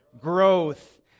growth